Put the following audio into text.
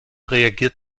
reagiert